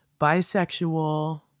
bisexual